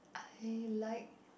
I like